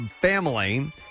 family